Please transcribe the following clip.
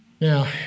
Now